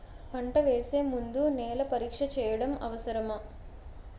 పంట వేసే ముందు నేల పరీక్ష చేయటం అవసరమా?